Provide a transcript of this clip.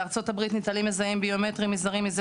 בארה"ב ניטלים מזהים ביומטריים מזרים מזה